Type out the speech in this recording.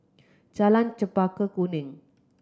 Jalan Chempaka Kuning